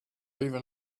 even